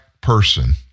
person